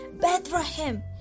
Bethlehem